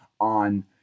on